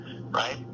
right